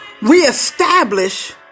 reestablish